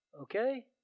Okay